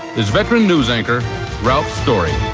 there's veteran news anchor ralph story